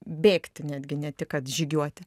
bėgti netgi ne tik kad žygiuoti